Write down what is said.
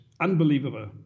Unbelievable